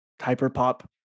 hyper-pop